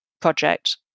project